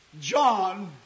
John